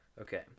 Okay